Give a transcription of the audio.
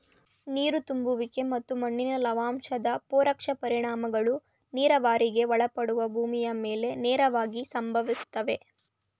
ನೀರು ತುಂಬುವಿಕೆ ಮತ್ತು ಮಣ್ಣಿನ ಲವಣಾಂಶದ ಪರೋಕ್ಷ ಪರಿಣಾಮಗಳು ನೀರಾವರಿಗೆ ಒಳಪಡುವ ಭೂಮಿಯ ಮೇಲೆ ನೇರವಾಗಿ ಸಂಭವಿಸ್ತವೆ